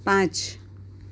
પાંચ